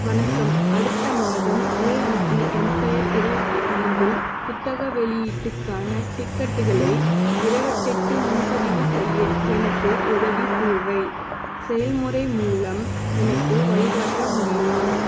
வணக்கம் அடுத்த மாதம் ஏஎம்சி எம்பயர் இருபத்தி ஐந்தில் புத்தக வெளியீடுக்கான டிக்கெட்டுகளை இருபத்தெட்டு முன்பதிவு செய்ய எனக்கு உதவி தேவை செயல்முறை மூலம் எனக்கு வழிகாட்ட முடியுமா